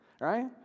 Right